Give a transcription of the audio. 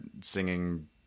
singing